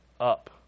up